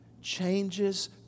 changes